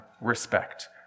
respect